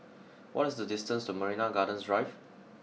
what is the distance to Marina Gardens Drive